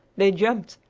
they jumped,